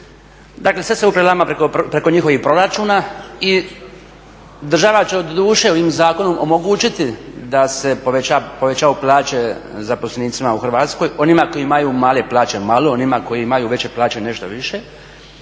Dakle, sad se ovo prelama preko njihovih proračuna i država će doduše ovim zakonom omogućiti da se povećaju plaće zaposlenicima u Hrvatskoj, onima koji imaju male plaće malo, onima koji imaju veće plaće nešto više,